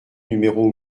numéro